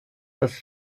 das